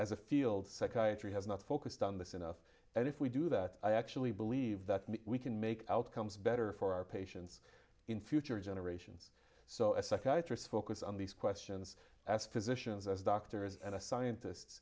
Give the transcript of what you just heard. as a field psychiatry has not focused on this enough and if we do that i actually believe that we can make outcomes better for our patients in future generations so a psychiatrist focus on these questions as to the sions as doctors and scientist